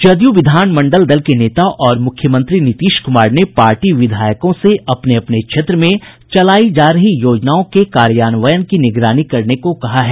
जदयू विधानमंडल दल के नेता और मुख्यमंत्री नीतीश कुमार ने पार्टी विधायकों से अपने अपने क्षेत्र में चलायी जा रही योजनाओं के कार्यान्वयन की निगरानी करने को कहा है